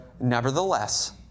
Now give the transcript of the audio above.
Nevertheless